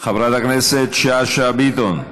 חברת הכנסת שאשא ביטון.